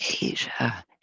Asia